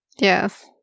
Yes